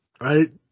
Right